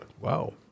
Wow